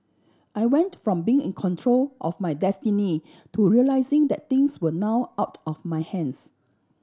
I went from being in control of my destiny to realising that things were now out of my hands